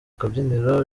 kabyiniro